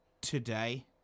today